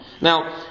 Now